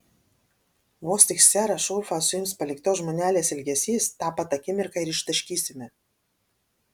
vos tik serą šurfą suims paliktos žmonelės ilgesys tą pat akimirką ir ištaškysime